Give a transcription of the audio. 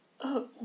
Oh